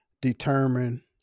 determine